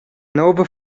nova